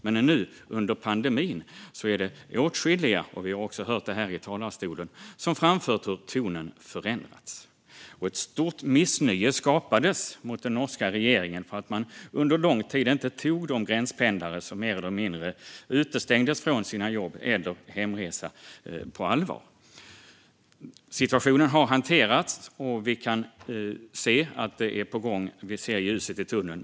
Men nu, under pandemin, är det åtskilliga som har framfört hur tonen förändrats, och vi har också hört det från talarstolen här i dag. Ett stort missnöje skapades mot den norska regeringen för att man under lång tid inte tog de gränspendlare på allvar som mer eller mindre utestängdes från sina jobb eller sina hemresor. Situationen har hanterats, och vi kan se ljuset i tunneln.